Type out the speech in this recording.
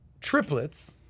triplets